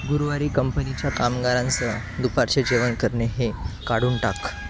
गुरुवारी कंपनीच्या कामगारांसह दुपारचे जेवण करणे हे काढून टाक